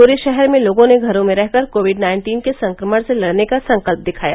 पूरे शहर में लोगों ने घरों में रह कर कोविड नाइन्टीन के संक्रमण से लडने का संकल्प दिखाया